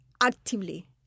actively